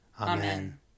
Amen